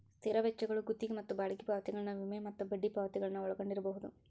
ಸ್ಥಿರ ವೆಚ್ಚಗಳು ಗುತ್ತಿಗಿ ಮತ್ತ ಬಾಡಿಗಿ ಪಾವತಿಗಳನ್ನ ವಿಮೆ ಮತ್ತ ಬಡ್ಡಿ ಪಾವತಿಗಳನ್ನ ಒಳಗೊಂಡಿರ್ಬಹುದು